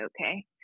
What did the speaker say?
okay